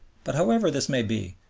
but however this may be,